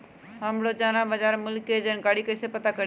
हम रोजाना बाजार मूल्य के जानकारी कईसे पता करी?